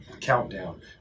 countdown